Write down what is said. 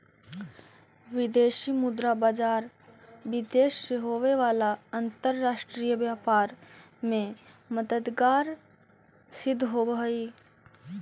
विदेशी मुद्रा बाजार विदेश से होवे वाला अंतरराष्ट्रीय व्यापार में मददगार सिद्ध होवऽ हइ